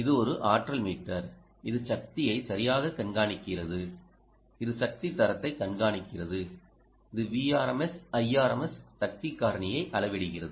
இது ஒரு ஆற்றல் மீட்டர் இது சக்தியை சரியாகக் கண்காணிக்கிறது இது சக்தி தரத்தை கண்காணிக்கிறது இது Vrms Irms சக்தி காரணியை அளவிடுகிறது